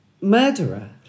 murderer